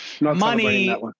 Money